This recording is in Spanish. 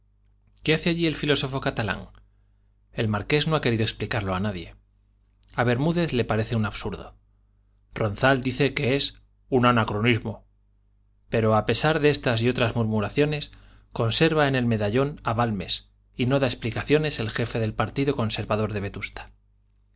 qué hace allí el filósofo catalán el marqués no ha querido explicarlo a nadie a bermúdez le parece un absurdo ronzal dice que es un anacronismo pero a pesar de estas y otras murmuraciones conserva en el medallón a balmes y no da explicaciones el jefe del partido conservador de vetusta